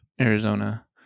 Arizona